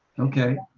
okay.